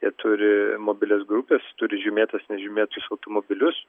jie turi mobilias grupes turi žymėtus nežymėtus automobilius